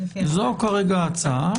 זו כעת ההצעה.